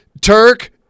Turk